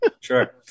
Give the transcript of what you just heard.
Sure